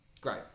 great